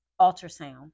ultrasound